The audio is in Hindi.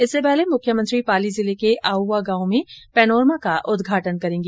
इससे पहले मुख्यमंत्री पाली जिले के आउवां गांव में पैनोरमा का उदघाटन करेंगी